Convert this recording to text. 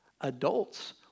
Adults